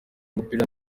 umupira